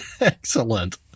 Excellent